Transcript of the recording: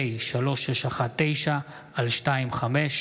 2023, פ/3619/25.